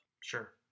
sure